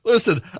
Listen